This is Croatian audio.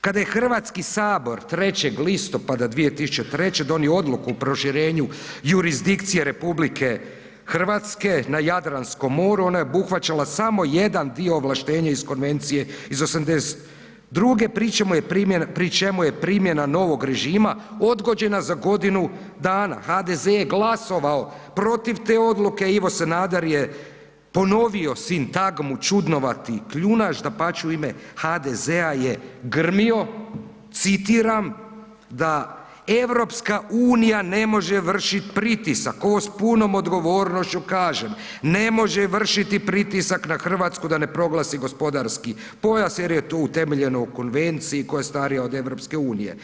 Kada je HS 3. listopada 2003. donio odluku o proširenju jurisdikcije RH na Jadranskom moru, ona je obuhvaćala samo jedan dio ovlaštenja iz Konvencije iz 82., pri čemu je primjena novog režima odgođena za godinu dana, HDZ je glasovao protiv te odluke, Ivo Sanader je ponovio sintagmu „čudnovati kljunaš“, dapače, u ime HDZ-a je grmio, citiram „da EU ne može vršiti pritisak, ovo s punom odgovornošću kažem, ne može vršiti pritisak na RH da ne proglasi gospodarski pojas jer je to utemeljeno u Konvenciji koja je starija od EU“